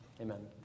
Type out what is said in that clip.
Amen